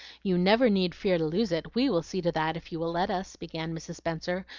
you never need fear to lose it we will see to that if you will let us, began mrs. spenser,